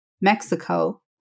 Mexico